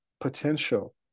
potential